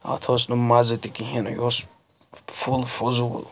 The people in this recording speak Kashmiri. اَتھ اوس نہٕ مَزٕ تہِ کِہیٖنۍ یہِ اوس پھُل فضوٗل